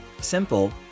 Simple